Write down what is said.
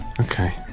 Okay